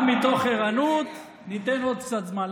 גם מתוך ערנות ניתן עוד קצת זמן.